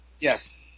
Yes